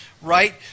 right